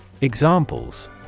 Examples